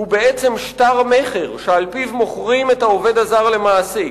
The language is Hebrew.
הוא בעצם שטר מכר שעל-פיו מוכרים את העובד הזר למעסיק.